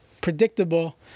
predictable